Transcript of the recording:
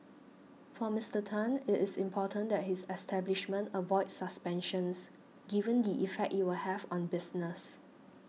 for Mister Tan it is important that his establishment avoids suspensions given the effect it will have on business